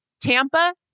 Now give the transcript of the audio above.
Tampa